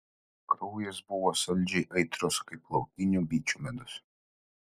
kraujas buvo saldžiai aitrus kaip laukinių bičių medus